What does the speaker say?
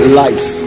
lives